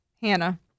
Hannah